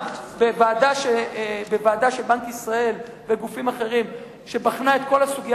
בוועדה של בנק ישראל וגופים אחרים שבחנה את כל הסוגיה